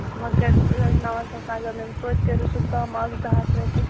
وۅنۍ کٔرۍہوٗس ٲٹھ نَوَن ساس تانۍ اَگر نے توتہِ کٔرۍہوٗس کَم اَکھ زٕ ہَتھ رۄپیہِ